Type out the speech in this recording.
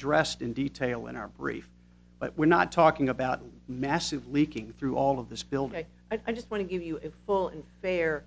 addressed in detail in our brief but we're not talking about a massive leaking through all of this building i just want to give you a full and fair